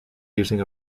using